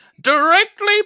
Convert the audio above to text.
directly